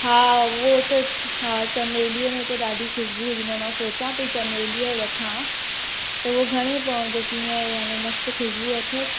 हा हा उहो त हा चमेलीअ में त ॾाढी ख़ुशबू हिन मां सोचियां पई चमेलीअ जो वठां त उहो घणे पवंदो कीअं आहे यानी मस्तु ख़ुशबू अथव